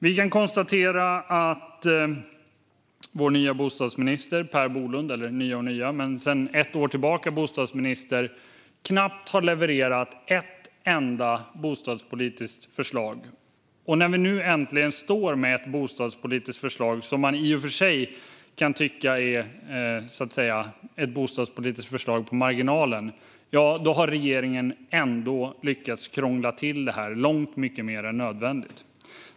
Vi kan konstatera att vår nye bostadsminister Per Bolund - eller nye och nye, men vår bostadsminister sedan ett år tillbaka - knappt har levererat ett enda bostadspolitiskt förslag. Och när vi nu äntligen står här med ett bostadspolitiskt förslag, som man i och för sig kan tycka är ett bostadspolitiskt förslag på marginalen, har regeringen ändå lyckats krångla till det långt mycket mer än nödvändigt.